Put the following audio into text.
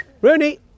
Rooney